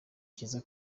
kiza